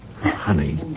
Honey